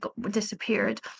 disappeared